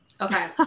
Okay